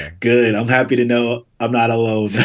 ah good. and i'm happy to know i'm not alone